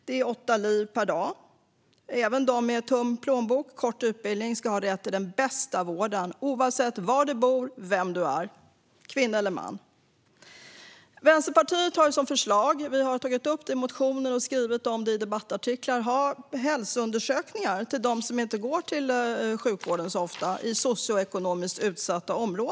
Det är åtta liv per dag. Även den med tunn plånbok och kort utbildning ska ha rätt till den bästa vården oavsett var man bor och vem man är - kvinna eller man. Vänsterpartiet har ett förslag som vi har tagit upp i motioner och skrivit om i debattartiklar. Det handlar om att erbjuda hälsoundersökningar till dem i socioekonomiskt utsatta områden som inte uppsöker sjukvården så ofta.